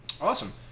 Awesome